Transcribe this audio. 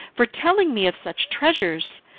for telling me of such treasures!